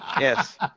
Yes